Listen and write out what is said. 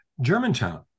germantown